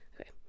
okay